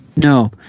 No